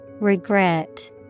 Regret